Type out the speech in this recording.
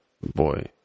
boy